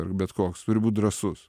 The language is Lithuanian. ar bet koks turi būt drąsus